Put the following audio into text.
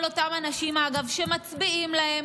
כל אותם אנשים, אגב, שמצביעים להם,